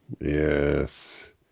yes